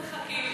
למה אנחנו מחכים?